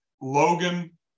Logan